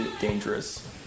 dangerous